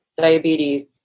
Diabetes